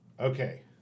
Okay